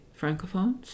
francophones